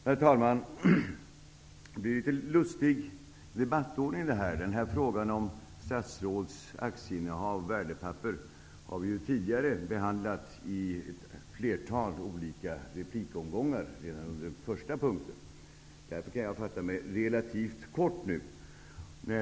Herr talman! Debattordningen blir litet lustig. Frågan om statsråds aktieinnehav och värdepapper har vi ju behandlat i ett flertal olika replikomgångar redan under den första punkten. Därför kan jag fatta mig relativt kort nu.